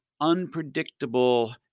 unpredictable